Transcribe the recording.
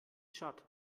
tschad